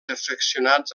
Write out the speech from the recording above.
afeccionats